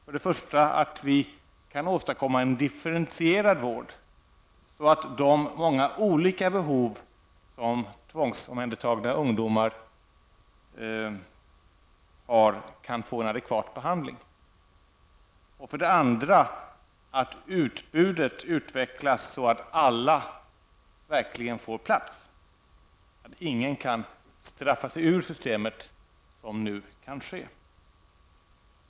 Det är nödvändigt att vi för det första kan åstadkomma en differienterad vård, så att de många olika behov som tvångsomhändertagna ungdomar har kan få en adekvat behandling. För det andra måste utbudet utvecklas, så att alla verkligen får plats, så att ingen som nu kan straffa sig ur systemet.